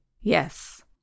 Yes